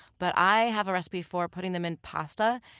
but i have a recipe for putting them in pasta,